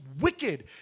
wicked